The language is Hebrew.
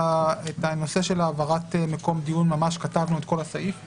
את הנושא של העברת מקום הדיון - ממש כתבנו את כל הסעיף פה,